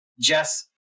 Jess